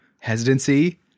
hesitancy